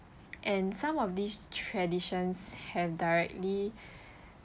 and some of these traditions have directly